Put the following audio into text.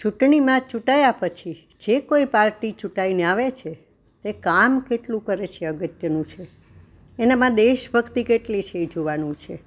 ચૂંટણીમાં ચૂંટાયા પછી જે કોઈ પાર્ટી ચૂંટાઈને આવે છે તે કામ કેટલું કરે છે એ અગત્યનું છે એનામાં દેશભક્તિ કેટલી છે એ જોવાનું છે